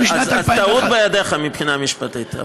הטעות בידך, מבחינה משפטית.